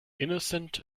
innocent